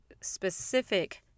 specific